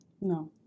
No